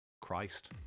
Christ